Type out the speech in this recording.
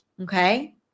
Okay